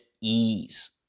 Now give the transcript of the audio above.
ease